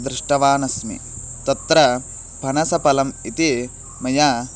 दृष्टवान् अस्मि तत्र फनसफलम् इति मया